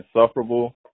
insufferable